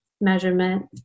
measurement